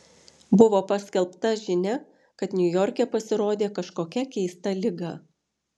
buvo paskelbta žinia kad niujorke pasirodė kažkokia keista liga